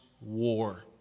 war